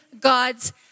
God's